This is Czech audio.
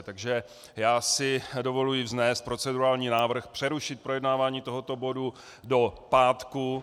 Takže já si dovoluji vznést procedurální návrh přerušit projednávání tohoto bodu do pátku. .